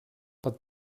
but